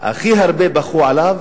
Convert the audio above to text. הכי הרבה בכו עליו